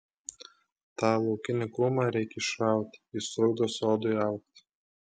tą laukinį krūmą reikia išrauti jis trukdo sodui augti